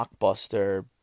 blockbuster